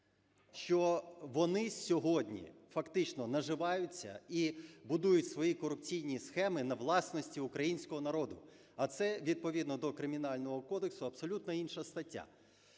що вони сьогодні фактично наживаються і будують свої корупційні схеми на власності українського народу. А це відповідно до Кримінального кодексу абсолютно інша стаття.